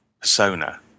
persona